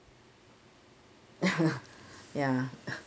ya